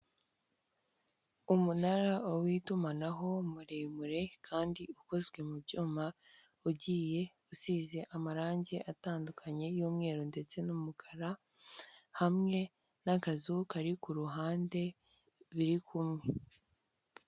Umunara w'itumanaho muremure kandi ukozwe mu byuma ugiye usize amarangi atandukanye y'umweru ndetse n'umukara hamwe n'akazu kari ku ruhande birikumwe.